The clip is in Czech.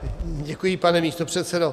Děkuji, pane místopředsedo.